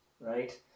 right